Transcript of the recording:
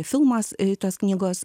filmas tos knygos